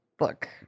look